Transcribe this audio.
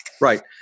right